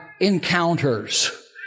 encounters